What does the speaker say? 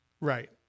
Right